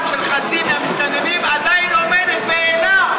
של חצי מהמסתננים עדיין עומדת בעינה.